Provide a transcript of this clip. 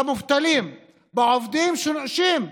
במובטלים, בעובדים שדורשים,